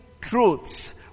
truths